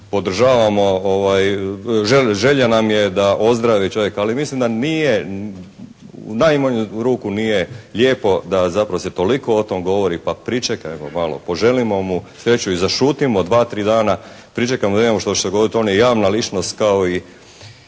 Podržavamo, želja nam je da ozdravi čovjek. Ali mislim da nije, u najmanju ruku nije lijepo da zapravo se toliko o tome govori. Pa pričekajmo malo. Poželimo mu sreću i zašutimo dva, tri dana, pričekajmo da vidimo što će se dogoditi. On je javna ličnost kao i